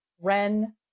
ren